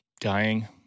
dying